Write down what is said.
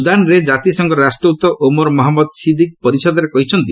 ସୁଦାନରେ କାତିସଂଘର ରାଷ୍ଟ୍ରଦୂତ Omar Mohammed Siddiq ପରିଷଦରେ କହିଛନ୍ତି